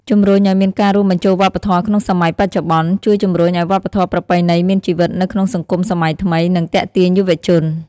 ជំរុញអោយមានការរួមបញ្ចូលវប្បធម៌ក្នុងសម័យបច្ចុប្បន្ន ជួយជំរុញឲ្យវប្បធម៌ប្រពៃណីមានជីវិតនៅក្នុងសង្គមសម័យថ្មី និងទាក់ទាញយុវជន។